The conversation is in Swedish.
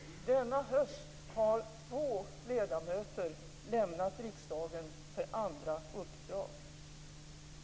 Denna höst har två ledamöter lämnat riksdagen för andra uppdrag.